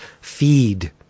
feed